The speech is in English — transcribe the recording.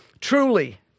Truly